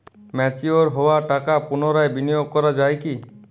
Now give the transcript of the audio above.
Mature হওয়া টাকা পুনরায় বিনিয়োগ করা য়ায় কি?